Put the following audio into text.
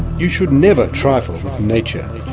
you should never trifle with nature.